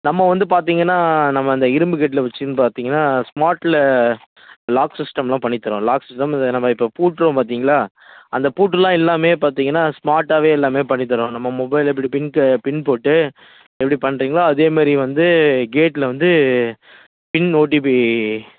நம்ம வந்து பார்த்தீங்கன்னா நம்ம அந்த இரும்பு கேட்டில் வச்சுன்னு பார்த்தீங்கன்னா ஸ்மார்ட்டில் லாக் சிஸ்டமெலாம் பண்ணித் தரோம் லாக் சிஸ்டம் நம்ம இப்போ பூட்டுறோம் பார்த்தீங்களா அந்த பூட்டெல்லாம் இல்லாமையே பார்த்தீங்கன்னா ஸ்மார்ட்டாகவே எல்லாமே பண்ணித் தரோம் நம்ம மொபைலில் எப்படி பின் பின் போட்டு எப்படி பண்ணுறீங்களோ அதே மாதிரி வந்து கேட்டில் வந்து பின் ஒடிபி